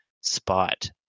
spot